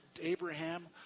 Abraham